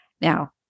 Now